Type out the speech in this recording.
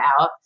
out